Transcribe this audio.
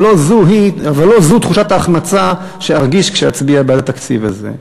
אבל לא זו תחושת ההחמצה שארגיש כשאצביע בעד התקציב הזה.